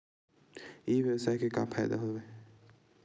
ई व्यवसाय के का का फ़ायदा हवय?